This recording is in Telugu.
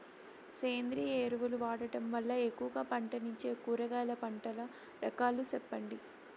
సేంద్రియ ఎరువులు వాడడం వల్ల ఎక్కువగా పంటనిచ్చే కూరగాయల పంటల రకాలు సెప్పండి?